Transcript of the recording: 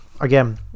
again